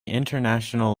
international